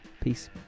Peace